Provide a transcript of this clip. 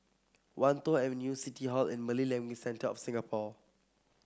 Wan Tho Avenue City Hall and Malay Language Centre of Singapore